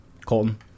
Colton